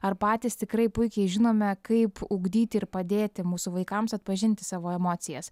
ar patys tikrai puikiai žinome kaip ugdyti ir padėti mūsų vaikams atpažinti savo emocijas